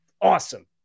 Awesome